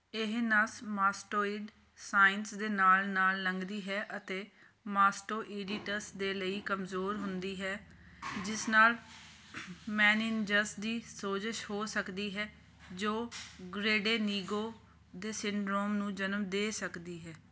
ਇਹ ਨਸ mastoid sinus ਦੇ ਨਾਲ ਨਾਲ ਲੰਘਦੀ ਹੈ ਅਤੇ ਮਾਸਟੋਇਡਿਟਿਸ ਦੇ ਲਈ ਕਮਜ਼ੋਰ ਹੁੰਦੀ ਹੈ ਜਿਸ ਨਾਲ ਮੈਨਿਨਜਸ ਦੀ ਸੋਜਸ਼ ਹੋ ਸਕਦੀ ਹੈ ਜੋ ਗ੍ਰੇਡੇਨੀਗੋ ਦੇ ਸਿੰਡਰੋਮ ਨੂੰ ਜਨਮ ਦੇ ਸਕਦੀ ਹੈ